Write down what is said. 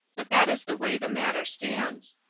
but that is the way the matter stands.